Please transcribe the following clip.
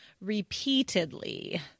repeatedly